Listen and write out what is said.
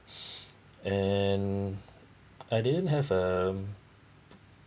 and I didn't have a